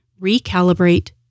recalibrate